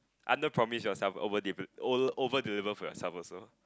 underpromise yourself overdel~ overdeliver for yourself also